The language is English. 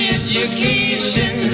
education